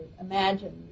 imagine